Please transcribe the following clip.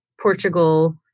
portugal